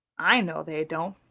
i know they don't,